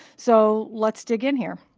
so let's dig in here.